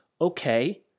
Okay